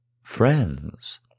friends